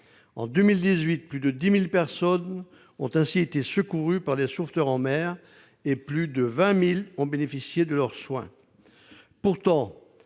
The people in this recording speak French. En 2018, plus de 10 000 personnes ont ainsi été secourues par les sauveteurs en mer, et plus de 20 000 ont bénéficié de leurs soins. Pourtant,